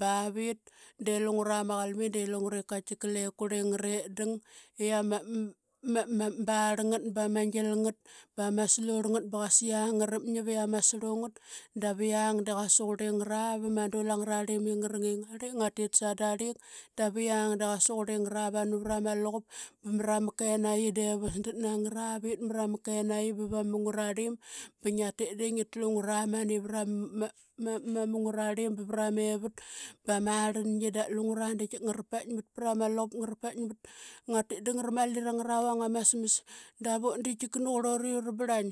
bavit de lungra ma qalmin de lungre qaitkika lip kurlingre dang i ama barl ngat bama gilngat, bama slurlngat ba qasa yang ngrapngip i ama slurlngat dav yan de qasa qurlingra vama dul angrarlim i ngrangingarl ip ngatit sadarlik davi yang de qasa qurli ngara vanu vra ma luqup ba mra ma kenaqi de vasdat na ngaravit marama kenaqi ba va ma mung ngararlim ba ngiatit de ngi tlu ngara mani pra ma mung ngararlim ba vra mevat. Ba marlangi da lungura de tika ngara paikmat pra ma luqup, ngara paikmat ngatit da ngara mali ra ngara vang ama smas davut de tika nuqurluri ura brlaing